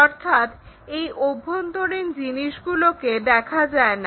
অর্থাৎ অভ্যন্তরীণ জিনিসগুলোকে দেখা যায় না